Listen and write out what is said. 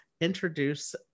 introduce